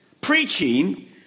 preaching